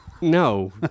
No